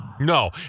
No